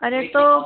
अरे तो